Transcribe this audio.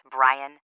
Brian